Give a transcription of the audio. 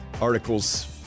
articles